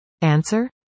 Answer